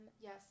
Yes